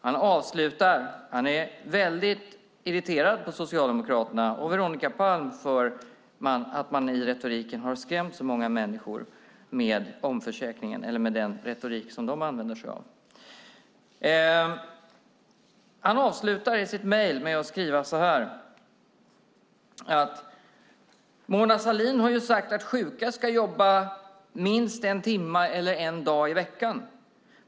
Han är väldigt irriterad på Socialdemokraterna och Veronica Palm för att de har skrämt så många människor med den retorik som de använder sig av. Han avslutar sitt mejl med att skriva: Mona Sahlin har sagt att sjuka ska jobba minst en timme eller en dag i veckan.